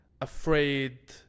afraid